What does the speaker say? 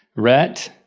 rhett,